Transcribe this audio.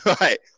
Right